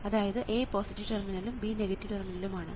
അതായത് A positive ടെർമിനലും B negative ടെർമിനലും ആണ്